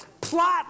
plot